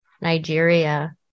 Nigeria